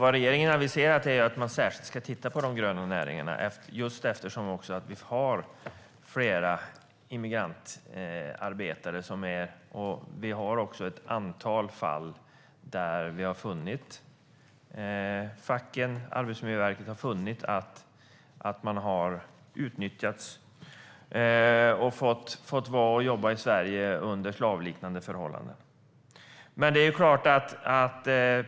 Vad regeringen har aviserat är att man särskilt ska titta på de gröna näringarna just eftersom vi också har ett antal fall där facken och Arbetsmiljöverket har funnit att immigrantarbetare har utnyttjats och fått jobba i Sverige under slavliknande förhållanden.